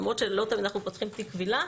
למרות שלא תמיד אנחנו פותחים תיק קבילה,